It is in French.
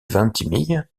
vintimille